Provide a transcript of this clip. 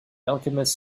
alchemist